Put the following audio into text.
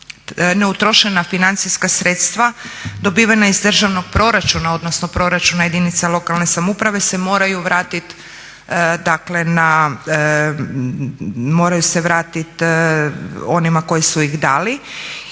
neutrošena financijska sredstva dobivena iz državnog proračuna odnosno proračuna jedinica lokalne samouprave se moraju vratit onima koji su ih dali.